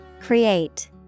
Create